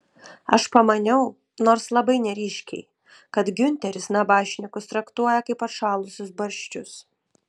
aš pamaniau nors labai neryškiai kad giunteris nabašnikus traktuoja kaip atšalusius barščius